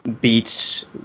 beats